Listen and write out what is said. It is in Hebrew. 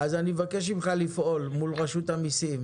אני מבקש ממך לפעול מול רשות המיסים,